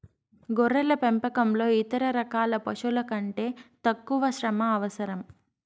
గొర్రెల పెంపకంలో ఇతర రకాల పశువుల కంటే తక్కువ శ్రమ అవసరం